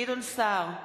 גדעון סער,